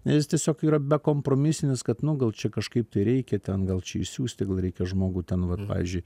nes tiesiog yra bekompromisinis kad nu gal čia kažkaip tai reikia ten gal čia išsiųsti gal reikia žmogų ten vat payzdžiui